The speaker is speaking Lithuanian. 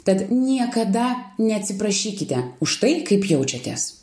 tad niekada neatsiprašykite už tai kaip jaučiatės